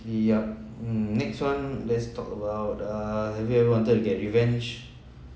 yup mm next one let's talk about err have you ever wanted to get revenge